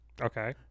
Okay